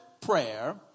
prayer